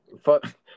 fuck